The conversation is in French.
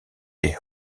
des